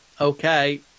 okay